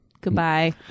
goodbye